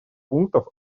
пунктов